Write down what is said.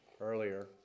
earlier